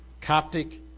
Coptic